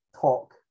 talk